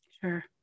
Sure